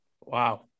wow